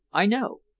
i know.